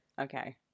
Okay